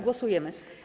Głosujemy.